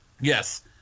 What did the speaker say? Yes